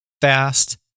fast